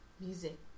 music